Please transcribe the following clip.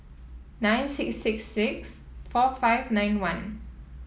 nine six six six four five nine one